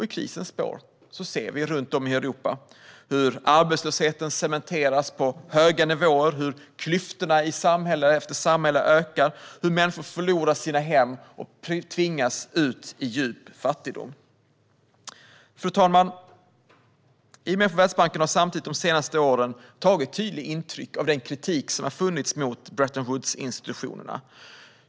I krisens spår ser vi runt om i Europa hur arbetslösheten cementeras på höga nivåer, klyftorna i samhälle efter samhälle ökar och människor förlorar sina hem och tvingas ut i djup fattigdom. Fru talman! IMF och Världsbanken har samtidigt de senaste åren tagit intryck av den kritik som har framförts mot Bretton Woods-institutionerna.